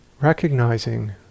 recognizing